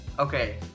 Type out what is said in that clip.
Okay